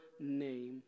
name